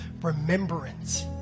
remembrance